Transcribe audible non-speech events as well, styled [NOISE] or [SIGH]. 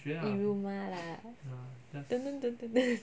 yiruma lah [NOISE]